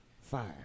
five